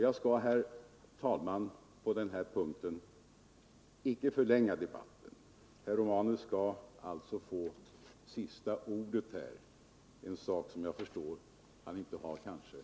Jag skall, herr talman, på denna punkt inte förlänga debatten — herr Romanus skall alltså få sista ordet, vilket jag förstår att han inte har något emot.